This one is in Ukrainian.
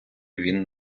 він